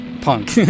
punk